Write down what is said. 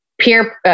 peer